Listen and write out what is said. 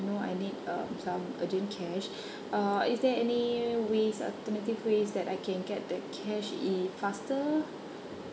you know I need um some urgent cash uh is there any ways alternative ways that I can get the cash if faster